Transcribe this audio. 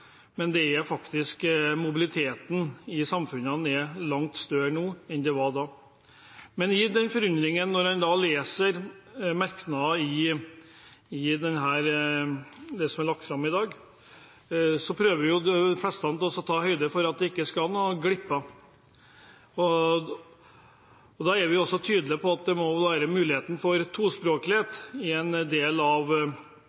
men mobiliteten i samfunnet er langt større nå enn den var da. Det er med forundring jeg leser merknader i det som er lagt fram i dag. De fleste av oss prøver å ta høyde for at det ikke skal være noen glipp. Vi er også tydelige på at det må være mulighet for tospråklighet i en del av